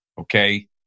okay